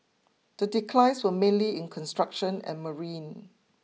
the declines were mainly in construction and marine